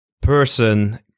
person